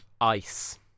ice